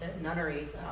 nunneries